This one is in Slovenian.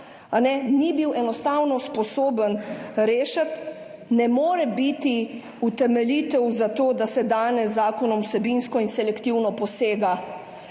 ni bil sposoben rešiti, ne more biti utemeljitev za to, da se danes z zakonom vsebinsko in selektivno posega